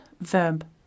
verb